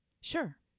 Sure